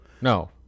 No